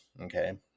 okay